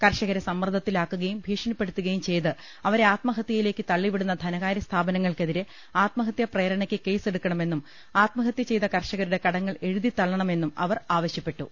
കർഷകരെ സമ്മർദ്ദത്തിലാക്കുകയും ഭീഷണിപ്പെ ടുത്തുകയും ചെയ്ത് അവരെ ആത്മഹതൃയിലേക്ക് തള്ളിവിടുന്ന ധനകാരൃസ്ഥാപനങ്ങൾക്കെതിരെ ആത്മഹത്യാപ്രേരണയ്ക്ക് കേസെടുക്കണമെന്നും ആത്മഹത്യ ചെയ്ത കർഷകരുടെ കട ങ്ങൾ എഴുതിത്തള്ളണമെന്നും അവർ ആവശ്യപ്പെട്ടു